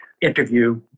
interview